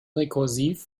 rekursiv